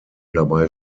dabei